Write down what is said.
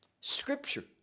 Scripture